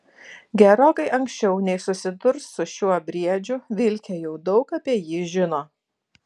gerokai anksčiau nei susidurs su šiuo briedžiu vilkė jau daug apie jį žino